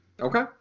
Okay